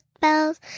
bells